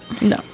No